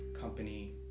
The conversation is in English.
company